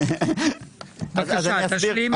בבקשה, תשלים.